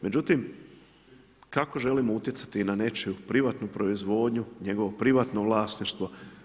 Međutim, kako želimo utjecati na nečiju privatnu proizvodnju, njegovo privatno vlasništvo?